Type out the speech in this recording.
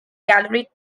gallery